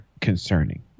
concerning